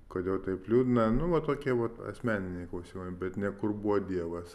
kodėl taip liūdna nu va tokie vat asmeniniai klausimai bet ne kur buvo dievas